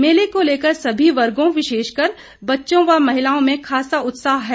मेले को लेकर सभी वर्गों विशेषकर बच्चों व महिलाओं में खासा उत्साह है